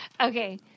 Okay